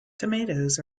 tomatoes